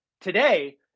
Today